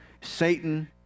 Satan